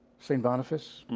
saint boniface.